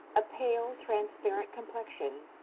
a pale transparent complexion,